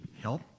help